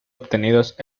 obtenidos